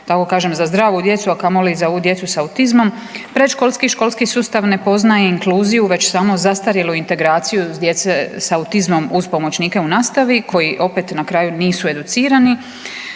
tako kažem za zdravu djecu, a kamoli za ovu djecu sa autizmom. Predškolski i školski sustav ne poznaje inkluziju, već samo zastarjelu integraciju djece sa autizmom uz pomoćnike u nastavi koji opet na kraju nisu educirani.